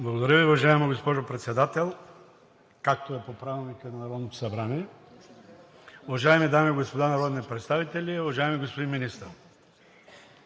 Благодаря Ви, уважаема госпожо Председател, както е по Правилника на Народното събрание. Уважаеми дами и господа народни представители, уважаеми господин Министър!